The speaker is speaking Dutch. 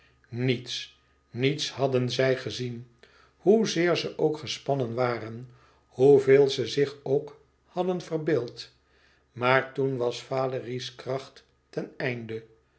niets niets hadden zij gezien hoezeer ze ook gespannen waren hoeveel ze zich ook hadden verbeeld maar toen was valérie's kracht ten einde